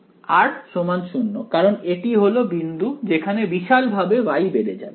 r0 কারন এটি হল বিন্দু যেখানে বিশাল ভাবে Y বেড়ে যাবে